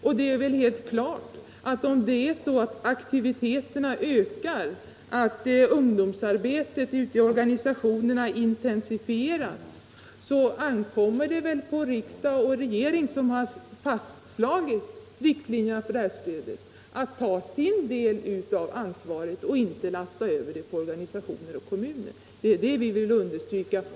Och det är väl klart att om aktiviteterna ökar, så intensifieras också ungdomsarbetet ute i kommunerna, och då ankommer det på riksdag och regering, som har fastlagt riktlinjerna för detta stöd, att ta sin del av ansvaret, inte lasta över det på organisationer och kommuner. Det är det vi vill understryka.